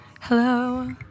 Hello